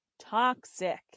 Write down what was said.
Toxic